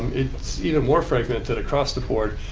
it's even more fragmented across the board.